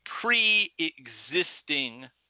pre-existing